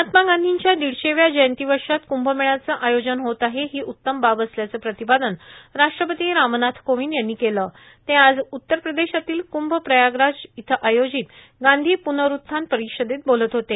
महात्मा गांधींच्या दीडशेव्या जयंती वर्षात कृंभमेळ्याचं आयोजन होत आहे ही उत्तम बाब असल्याचं प्रतिपादन राष्ट्रपती रामनाथ कोविंद यांनी केलं आहे ते आज उत्तर प्रदेशातील कृंभ प्रयागराज इथं आयोजित गांधी पूनरूत्थान परिषदेत बोलत होते